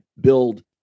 build